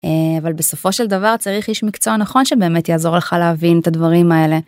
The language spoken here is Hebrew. אבל בסופו של דבר צריך איש מקצוע נכון שבאמת יעזור לך להבין את הדברים האלה.